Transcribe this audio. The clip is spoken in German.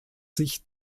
sich